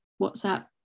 whatsapp